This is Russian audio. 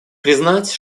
признать